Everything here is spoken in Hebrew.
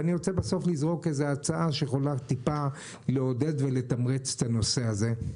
ואני רוצה בסוף לזרוק איזה הצעה שיכולה טיפה לעודד ולתמרץ את הנושא הזה.